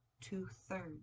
two-thirds